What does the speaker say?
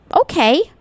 okay